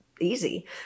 easy